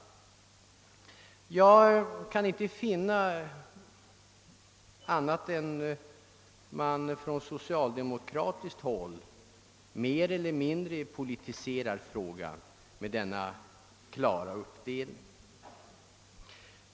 Jag kan inte finna annat än att man, med denna klara uppdelning, från socialdemokratiskt håll mer eller mindre politiserar frågan.